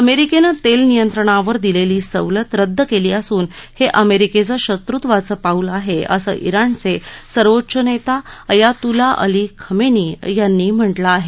अमेरिकेनं तेल नियंत्रणावर दिलेली सवलत रद्द केली असून हे अमेरिकेचं शत्रुत्वाचं पाऊल आहे असं ज्ञाणचे सर्वोच्च नेता अयातुल्ला अली खामेनी यांनी म्हटलं आहे